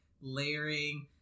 layering